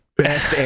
Best